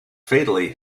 fatally